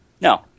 No